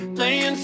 Playing